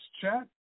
Chat